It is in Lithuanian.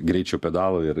greičio pedalo ir